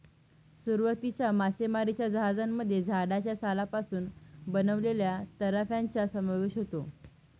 सुरुवातीच्या मासेमारीच्या जहाजांमध्ये झाडाच्या सालापासून बनवलेल्या तराफ्यांचा समावेश होता